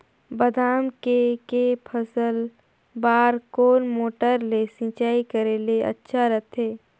बादाम के के फसल बार कोन मोटर ले सिंचाई करे ले अच्छा रथे?